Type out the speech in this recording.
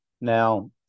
now